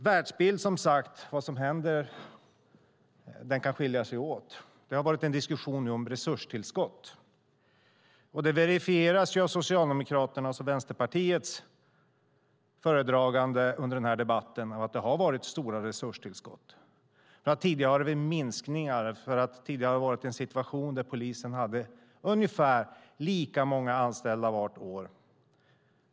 Världsbilden kan som sagt skilja sig åt. Det har förts en diskussion om resurstillskott. Det verifieras av Socialdemokraternas och Vänsterpartiets anföranden under den här debatten att det har skett stora resurstillskott från att tidigare ha varit minskningar. Tidigare hade polisen ungefär lika många anställda varje år.